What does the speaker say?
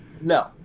No